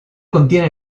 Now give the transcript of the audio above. contiene